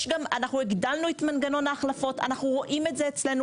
הגדלנו את מנגנון ההחלפות ואנחנו רואים אצלנו